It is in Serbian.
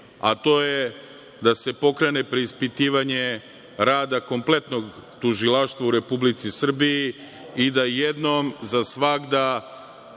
a to je da se pokrene preispitivanje rada kompletnog Tužilaštva u Republici Srbiji i da jednom za svagda